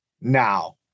now